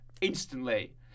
instantly